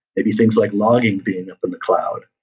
maybe things like logging being up in the cloud.